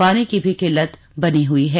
पानी की भी किल्लत बनी हई है